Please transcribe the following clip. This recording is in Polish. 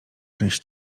część